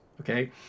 okay